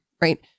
right